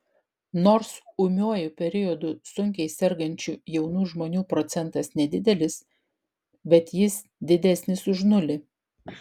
nors ūmiuoju periodu sunkiai sergančių jaunų žmonių procentas nedidelis bet jis didesnis už nulį